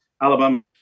Alabama